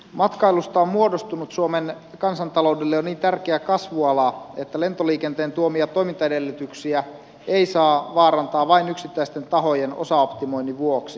matkailusta on muodostunut suomen kansantaloudelle jo niin tärkeä kasvuala että lentoliikenteen tuomia toimintaedellytyksiä ei saa vaarantaa vain yksittäisten tahojen osaoptimoinnin vuoksi